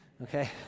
Okay